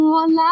one